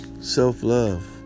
Self-love